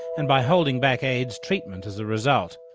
and by holding back aids treatment as the result.